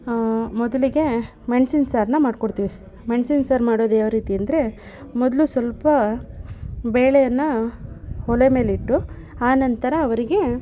ಮೊದಲಿಗೆ ಮೆಣ್ಸಿನ ಸಾರನ್ನು ಮಾಡ್ಕೊಡ್ತೀವಿ ಮೆಣ್ಸಿನ ಸಾರು ಮಾಡೋದು ಯಾವ ರೀತಿ ಅಂದರೆ ಮೊದಲು ಸ್ವಲ್ಪ ಬೇಳೆಯನ್ನು ಒಲೆ ಮೇಲಿಟ್ಟು ಆನಂತರ ಅವರಿಗೆ